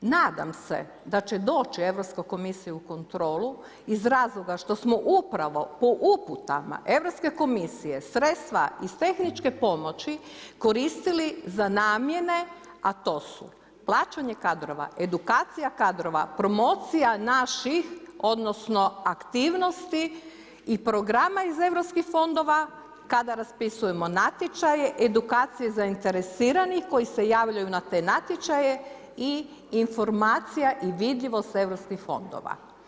Nadam se da će doći Europska komisija u kontrolu, iz razloga što smo upravo po uputama Europske komisije, sredstva iz tehničke pomoći koristili za namjene, a to su, plaćanje kadrova, edukacija kadrova, promocija naših, odnosno, aktivnosti i programa iz Europskih fondova, kada raspisujemo natječaje, edukacija zainteresiranih, koji se javljaju na te natječaje i informacije i vidljivost europskih fondova.